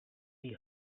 see